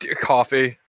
coffee